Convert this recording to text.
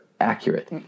accurate